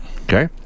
Okay